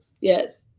Yes